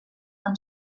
amb